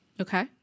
Okay